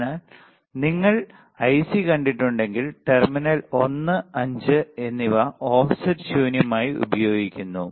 അതിനാൽ നിങ്ങൾ ഐസി കണ്ടിട്ടുണ്ടെങ്കിൽ ടെർമിനൽ 1 5 എന്നിവ ഓഫ്സെറ്റ് ശൂന്യമായി ഉപയോഗിക്കുന്നു